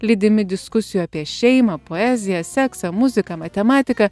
lydimi diskusijų apie šeimą poeziją seksą muziką matematiką